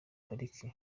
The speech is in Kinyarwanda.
pariki